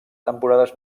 temporades